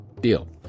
deal